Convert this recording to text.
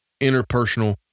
interpersonal